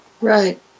right